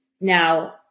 Now